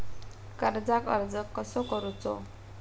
कर्जाक अर्ज कसो करूचो?